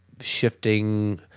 shifting